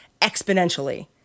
exponentially